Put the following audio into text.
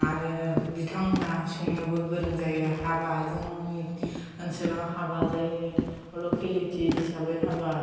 आरो बिथांमोनहा संनोबो गोरों जायो हाबा जोंनि ओनसोलाव हाबा जायो लकेलिटि हिसाबै हाबा